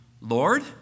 Lord